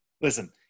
Listen